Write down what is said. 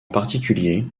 particulier